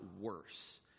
worse